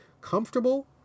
comfortable